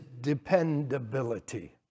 dependability